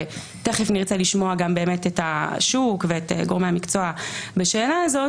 ותיכף נרצה לשמוע גם את השוק ואת גורמי המקצוע בשאלה הזאת,